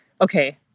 okay